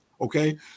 Okay